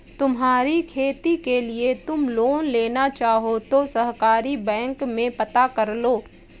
तुम्हारी खेती के लिए तुम लोन लेना चाहो तो सहकारी बैंक में पता करलो